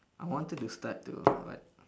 I wanted to start to what